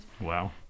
Wow